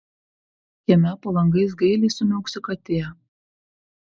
kieme po langais gailiai sumiauksi katė